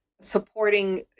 supporting